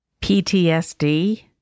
PTSD